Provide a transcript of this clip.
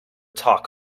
talk